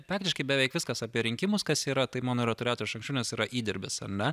praktiškai beveik viskas apie rinkimus kas yra tai mano turėta iš anksčiaunes tai yra įdirbis ar ne